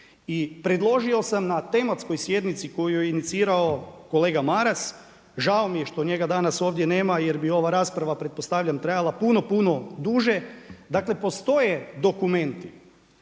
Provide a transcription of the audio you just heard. I predložio sam na tematskoj sjednici koju je inicirao kolega Maras, žao mi je što njega danas ovdje nema, jer bi ova rasprava pretpostavljam trajala puno, puno duže. Dakle, postoje dokumenti